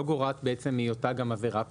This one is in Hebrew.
לא גורעת מהיותה גם עבירה פלילית,